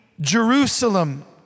Jerusalem